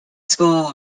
school